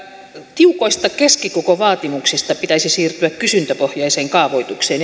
tiukoista keskikokovaatimuksista pitäisi siirtyä kysyntäpohjaiseen kaavoitukseen